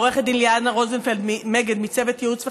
עו"ד ליאנה בלומנפלד מגד, מצוות ייעוץ וחקיקה,